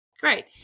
great